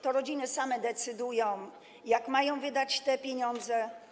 To rodziny same decydują, jak mają wydać te pieniądze.